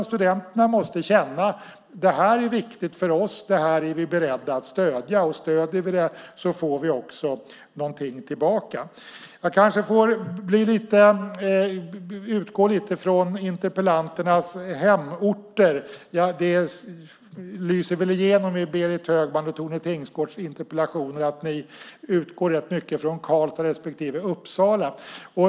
Studenterna måste känna att det här är viktigt för dem: Det här är vi beredda att stödja. Stöder vi det får vi också någonting tillbaka. Jag kanske får utgå lite från interpellanternas hemorter. Det lyser igenom i Berit Högmans och Tone Tingsgårds interpellationer att ni utgår rätt mycket från Karlstad respektive Uppsala.